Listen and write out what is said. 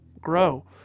grow